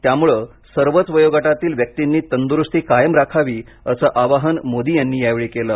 त्यामुळं सर्वच वयोगटातील व्यक्तिंनी तंदुरूस्ती कायम राखावी असं आवाहन मोदी यांनी यावेळी केलं